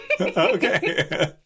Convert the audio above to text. Okay